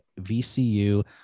VCU